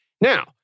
Now